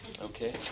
Okay